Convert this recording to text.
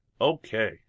Okay